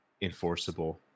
enforceable